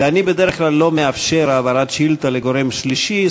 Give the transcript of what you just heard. ואני בדרך כלל לא מאפשר העברת שאילתה לגורם שלישי.